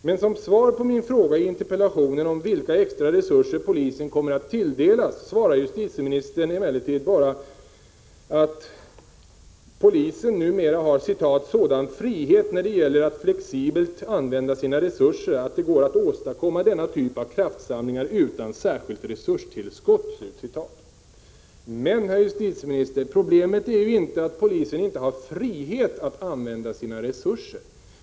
Men som svar på min fråga i interpellationen om vilka extra resurser polisen kommer att tilldelas svarar justitieministern bara att polisen numera ”har sådan frihet när det gäller att flexibelt använda sina resurser att det går att åstadkomma denna typ av kraftsamlingar utan särskilt resurstillskott”. Men, herr justitieminister, problemet är ju inte att polisen inte har frihet att använda sina resurser.